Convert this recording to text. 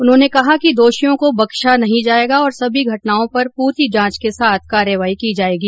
उन्होंने कहा कि दोषियों को बख्शा नहीं जाएगा और सभी घटनाओं पर पूरी जांच के साथ कार्रवाई की जाएगी